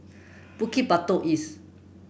Bukit Batok East